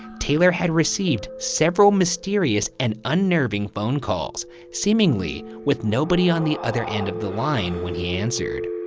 taylor had received several mysterious and unnerving phone calls seemingly with nobody on the other end of the line when he answered.